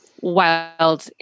wild